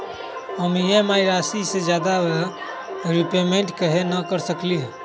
हम ई.एम.आई राशि से ज्यादा रीपेमेंट कहे न कर सकलि ह?